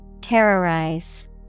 Terrorize